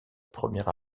première